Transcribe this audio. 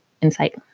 insight